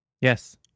Yes